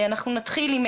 אנחנו נתחיל עם